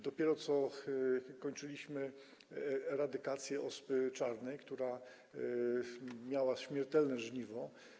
Dopiero co kończyliśmy eradykację ospy czarnej, która zbierała śmiertelne żniwo.